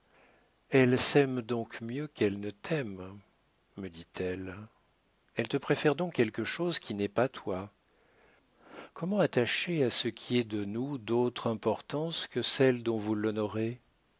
elle s'aime donc mieux qu'elle ne t'aime me dit-elle elle te préfère donc quelque chose qui n'est pas toi comment attacher à ce qui est de nous d'autre importance que celle dont vous l'honorez aucune